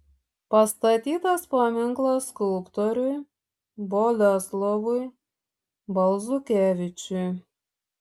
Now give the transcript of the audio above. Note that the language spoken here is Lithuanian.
pastatytas paminklas skulptoriui boleslovui balzukevičiui